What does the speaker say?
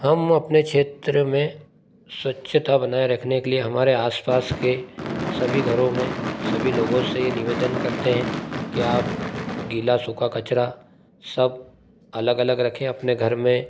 हम अपने क्षेत्र में स्वच्छता बनाए रखने के लिए हमारे आसपास के सभी घरों में सभी लोगों से ये निवेदन करते हैं कि आप गीला सूखा कचरा सब अलग अलग रखें अपने घर में